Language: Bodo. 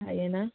हायो ना